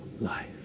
life